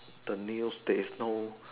the news there is no